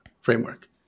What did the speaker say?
framework